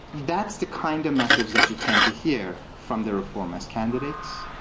that's the kind of message that you tend to here from the reformist candidates.